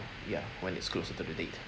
ya when it's closer to the date